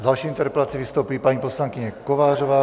S další interpelací vystoupí paní poslankyně Kovářová.